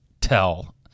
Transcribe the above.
tell